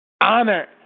Honor